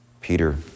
Peter